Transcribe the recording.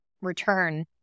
return